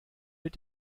mit